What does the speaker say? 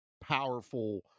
powerful